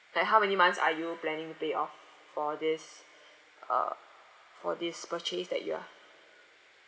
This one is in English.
like how many months are you planning to pay off for this uh for this purchase that you are